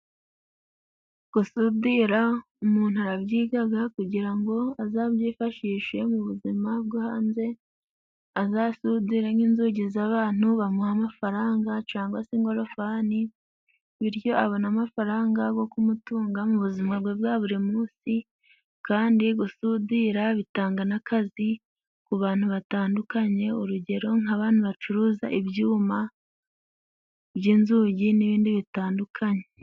Gusudira umuntu arabyigaga kugira ngo azabyifashishe mu buzima bwo hanze, azasudire nk'inzugi z'abantu bamuhe amafaranga cangwa se ingorofani, bityo abone amafaranga go kumutunga mu buzima bwe bwa buri munsi. Kandi gusudira bitanga n'akazi ku bantu batandukanye urugero nk'abantu bacuruza ibyuma by'inzugi n'ibindi bitandukanye.